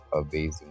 amazing